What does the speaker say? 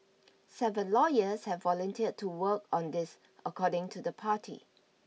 seven lawyers have volunteered to work on this according to the party